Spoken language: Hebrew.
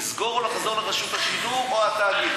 לסגור ולחזור לרשות השידור או התאגיד?